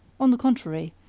on the contrary,